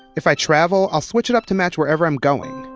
if i travel, i'll switch it up to match wherever i'm going,